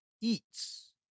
eats